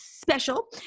special